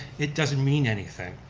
it doesn't mean anything.